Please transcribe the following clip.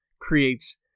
creates